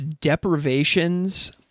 deprivations